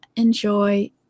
enjoy